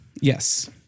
Yes